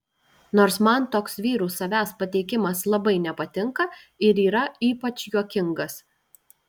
nors man toks vyrų savęs pateikimas labai nepatinka ir yra ypač juokingas